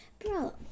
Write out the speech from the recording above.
Bro